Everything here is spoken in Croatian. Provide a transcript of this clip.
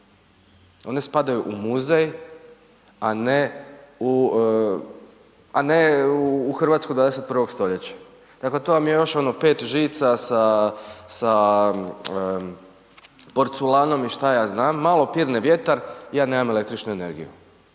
One spadaju u muzej a ne u Hrvatsku 21. st., dakle to vam je još ono 5 žica sa porculanom i šta ja znam, malo pirne vjetar, ja nemam električnu energiju.